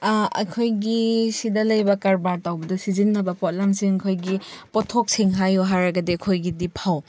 ꯑꯩꯈꯣꯏꯒꯤ ꯁꯤꯗ ꯂꯩꯕ ꯀꯔꯕꯥꯔ ꯇꯧꯕꯗ ꯁꯤꯖꯤꯟꯅꯕ ꯄꯣꯠꯂꯝꯁꯤꯡ ꯑꯩꯈꯣꯏꯒꯤ ꯄꯣꯠꯊꯣꯛꯁꯤꯡ ꯍꯥꯏꯌꯣ ꯍꯥꯏꯔꯒꯗꯤ ꯑꯩꯈꯣꯏꯒꯤꯗꯤ ꯐꯧ